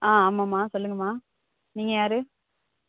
ஆ ஆமாம்மா சொல்லுங்கம்மா நீங்கள் யார்